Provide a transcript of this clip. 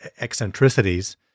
eccentricities